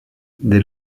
des